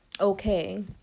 okay